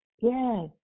Yes